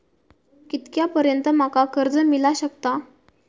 कितक्या पर्यंत माका कर्ज मिला शकता?